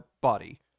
body